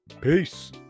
Peace